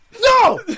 No